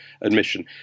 admission